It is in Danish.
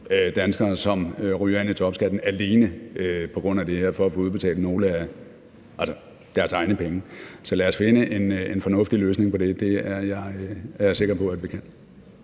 danskere, som ryger ind i topskatten, alene på grund af at de får udbetalt nogle af deres egne penge. Så lad os finde en fornuftig løsning på det – det er jeg sikker på vi kan.